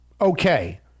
okay